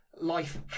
life